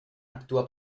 actúa